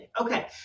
okay